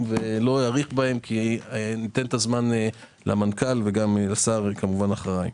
ולא נאריך בהם כי ניתן את הזמן למנכ"ל ולשר אחריי.